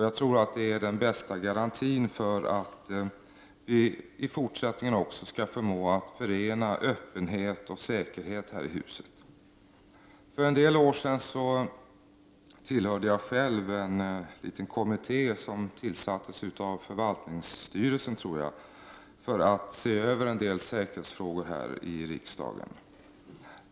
Jag tror att det är den bästa garantin för att vi även i fortsättningen skall förmå att förena öppenhet och säkerhet här i huset. För en del år sedan tillhörde jag själv en liten kommitté som tillsattes av förvaltningsstyrelsen, tror jag, för att se över en del säkerhetsfrågor här i riksdagen.